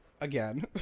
again